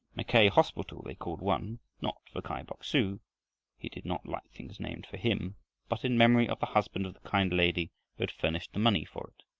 mackay hospital they called one, not for kai bok-su he did not like things named for him but in memory of the husband of the kind lady who had furnished the money for it.